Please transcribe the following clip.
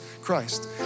Christ